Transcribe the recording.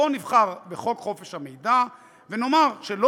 בואו נבחר בחוק חופש המידע ונאמר שלא